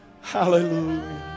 Hallelujah